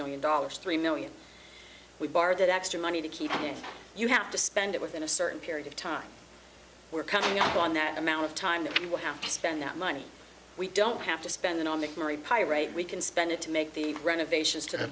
million dollars three million we bar that extra money to keep it you have to spend it within a certain period of time we're coming up on that amount of time that we will have to spend that money we don't have to spend on the merry pyrite we can spend it to make the renovations to the